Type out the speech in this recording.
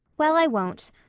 well, i won't.